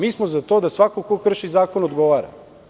Mi smo za to da svako ko krši zakon odgovara.